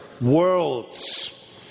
worlds